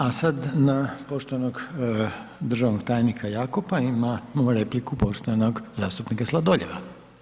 A sad na poštovanog državnog tajnika Jakopa, imamo repliku poštovanog zastupnika Sladoljeva.